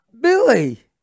Billy